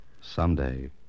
Someday